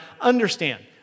understand